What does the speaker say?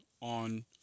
on